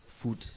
food